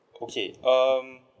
okay um